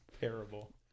terrible